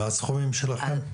2023. מה הסכומים שלכם?